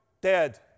dead